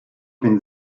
bin